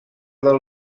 del